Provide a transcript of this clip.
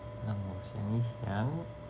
让我想一想 ah